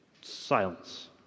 Silence